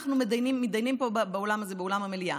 מתדיינים פה באולם הזה, באולם המליאה: